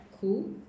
cool